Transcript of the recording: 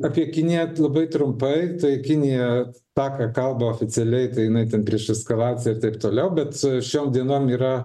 apie kiniją labai trumpai tai kinija ta ką kalba oficialiai tai jinai ten prieš eskalaciją ir taip toliau bet šiom dienom yra